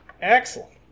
Excellent